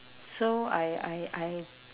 so I I I